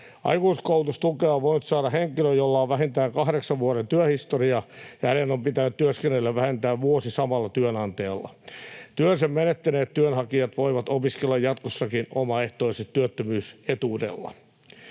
Aikuiskoulutustukea on voinut saada henkilö, jolla on vähintään kahdeksan vuoden työhistoria, ja hänen on pitänyt työskennellä vähintään vuosi samalla työnantajalla. Työnsä menettäneet työnhakijat voivat opiskella jatkossakin omaehtoisesti työttömyysetuudella.